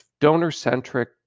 donor-centric